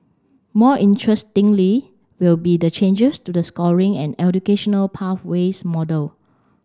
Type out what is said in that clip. more interestingly will be the changes to the scoring and educational pathways model